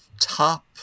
top